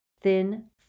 Thin